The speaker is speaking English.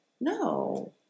No